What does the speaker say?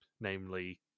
Namely